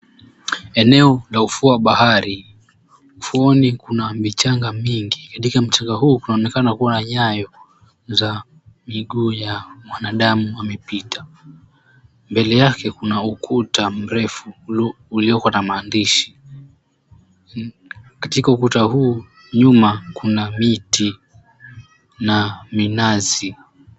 Eneo la ufuo wa bahari. Ufuoni kuna michanga mingi. Katika mchanga huu kunaonekana kuwa na nyayo za miguu ya mwanadamu wamepita. Mbele yake kuna ukuta mrefu ulioko na maandishi. Katika ukuta huu nyuma kuna miti na minazi.